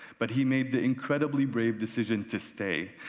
but he made the incredibly brave decision to stay,